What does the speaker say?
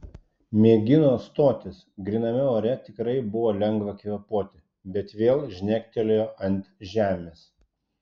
mėgino stotis gryname ore tikrai buvo lengva kvėpuoti bet vėl žnektelėjo ant žemės